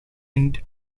end